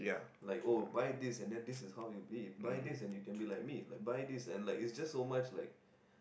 like oh buy this and then this is how you be it buy this and you can be like me like buy this and like it's just so much like